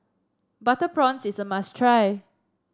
Butter Prawns is a must try